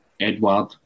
Edward